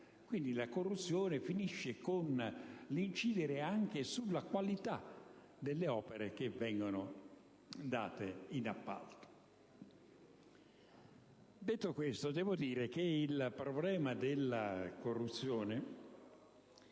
La corruzione finisce con l'incidere anche sulla qualità delle opere che vengono date in appalto. Detto questo, sottolineo che il problema della corruzione